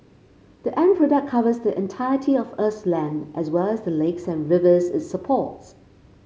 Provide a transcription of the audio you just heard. the end product covers the entirety of Earth's land as well as the lakes and rivers it supports